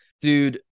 dude